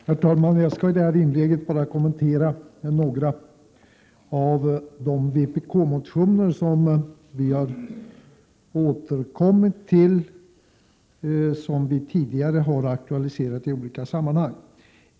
Herr talman! Jag skall i det här inlägget kommentera några av de vpk-motioner där vi har återkommit med frågor som vi har aktualiserat tidigare i olika sammanhang.